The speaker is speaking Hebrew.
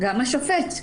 גם השופט.